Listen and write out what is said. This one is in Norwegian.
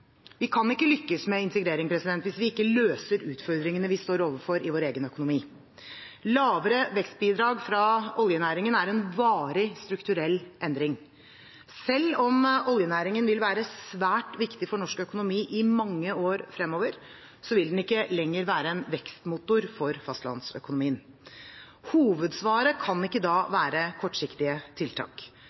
Vi kan ikke lykkes med integreringen hvis vi ikke løser utfordringene vi står overfor i vår egen økonomi. Lavere vekstbidrag fra oljenæringen er en varig, strukturell endring. Selv om oljenæringen vil være svært viktig for norsk økonomi i mange år fremover, vil den ikke lenger være en vekstmotor for fastlandsøkonomien. Hovedsvaret kan ikke da være kortsiktige tiltak.